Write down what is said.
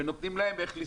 ונותנים להם.